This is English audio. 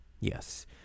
Yes